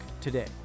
today